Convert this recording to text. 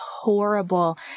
horrible